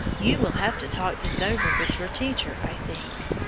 you will have to talk this over with your teacher, i think.